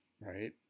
Right